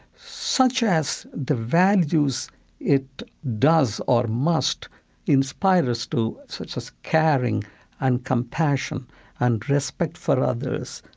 such as the values it does or must inspire us to, such as caring and compassion and respect for others,